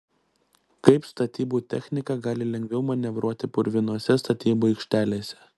kaip statybų technika gali lengviau manevruoti purvinose statybų aikštelėse